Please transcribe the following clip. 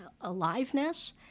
aliveness